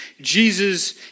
Jesus